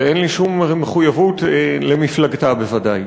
ואין לי שום מחויבות למפלגתה, בוודאי.